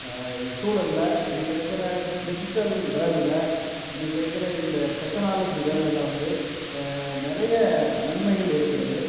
சூழல்ல இன்றைக்கு இருக்கிற டிஜிட்டல் வேல்டில் இன்றைக்கு இருக்கிற இந்த டெக்கனாலஜி வேல்டில் வந்து நிறைய நன்மைகள் இருக்கின்றது